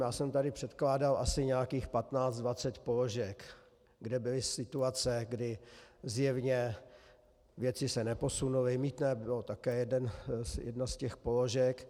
Já jsem tady předkládal asi nějakých 15, 20 položek, kde byly situace, kdy se zjevně věci neposunuly, mýtné bylo také jedna z těch položek.